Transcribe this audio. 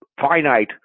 finite